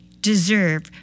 deserve